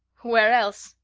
where else?